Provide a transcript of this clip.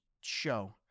show